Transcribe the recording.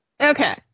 okay